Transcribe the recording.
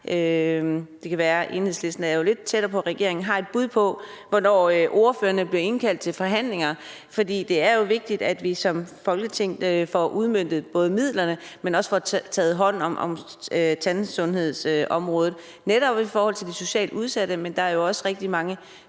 Det kan være, at Enhedslisten – man er jo lidt tættere på regeringen – har et bud på, hvornår ordførerne blive indkaldt til forhandlinger. For det er jo vigtigt, at vi som Folketing både får udmøntet midlerne, men også får taget hånd om tandsundhedsområdet, netop i forhold til de socialt udsatte. Men der er jo også rigtig mange